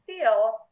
feel